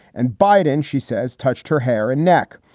and biden, she says, touched her hair and neck.